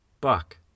Buck